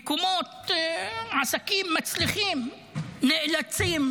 עסקים מצליחים נאלצים